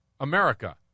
America